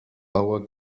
our